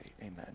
amen